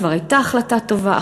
כבר הייתה החלטה טובה,